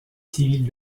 civiles